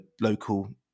local